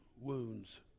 wounds